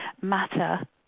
matter